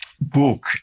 book